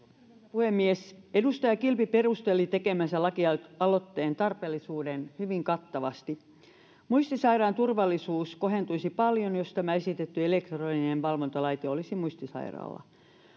puhemies edustaja kilpi perusteli tekemänsä lakialoitteen tarpeellisuuden hyvin kattavasti muistisairaan turvallisuus kohentuisi paljon jos tämä esitetty elektroninen valvontalaite olisi muistisairaalla